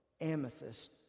amethyst